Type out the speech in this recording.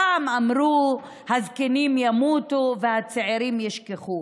פעם אמרו: הזקנים ימותו והצעירים ישכחו.